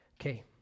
Okay